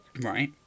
Right